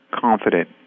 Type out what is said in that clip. confident